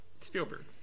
Spielberg